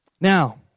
Now